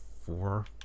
four